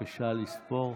בבקשה לספור.